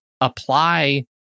Apply